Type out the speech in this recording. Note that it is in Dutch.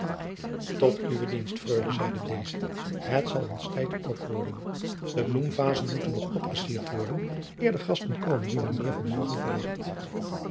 tot uwe dienst freule zeide deze het zal onze tijd ook worden de bloemvazen moeten nog opgecierd worden eer de gasten komen die mijnheer van morgen verwacht